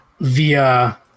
via